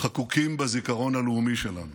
חקוקים בזיכרון הלאומי שלנו: